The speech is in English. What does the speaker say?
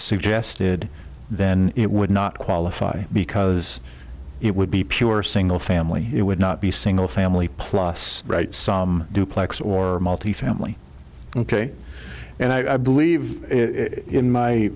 suggested then it would not qualify because it would be pure single family it would not be single family plus right some duplex or multifamily ok and i believe in my